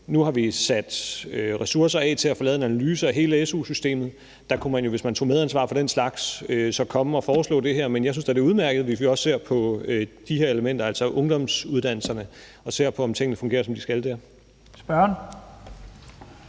nu har vi sat ressourcer af til at få lavet en analyse af hele su-systemet. Hvis man tog medansvar for den slags, kunne man jo komme og foreslå det her, men jeg synes da det udmærket, hvis vi også ser på de her elementer, altså ungdomsuddannelserne, og ser på, om tingene fungerer, som de skal der. Kl.